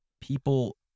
people